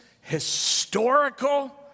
historical